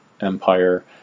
Empire